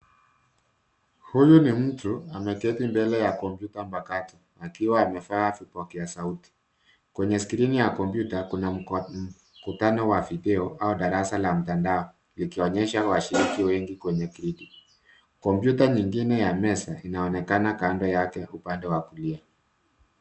Huyu ni mtu ameketi mbele ya kompyuta mpakato, akiwa amevaa vipokea sauti. Kwenye skrini ya kompyuta kuna mkutano wa video au darasa la mtandao likionyesha washiriki wengi kwenye kridi. Kompyuta nyingine ya mezani inaonekana kando yake upande wa kulia.